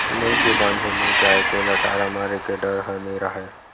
नोई के बांधे ले गाय के लटारा मारे के डर ह नइ राहय